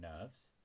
nerves